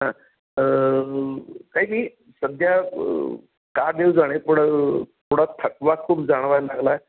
हां काही नाही सध्या का देव जाणे पण थोडा थकवा खूप जाणवायला लागला आहे